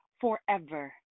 forever